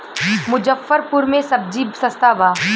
मुजफ्फरपुर में सबजी सस्ता बा